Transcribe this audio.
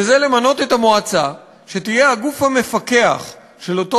וזה למנות את המועצה שתהיה הגוף המפקח של אותו